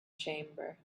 chamber